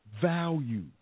value